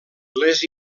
les